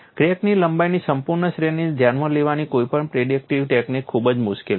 ક્રેકની લંબાઈની સંપૂર્ણ શ્રેણીને ધ્યાનમાં લેવાની કોઈપણ પ્રિડિક્ટિવ ટેકનિક ખૂબ જ મુશ્કેલ છે